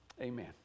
amen